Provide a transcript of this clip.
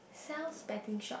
Sal's betting shop